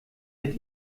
wird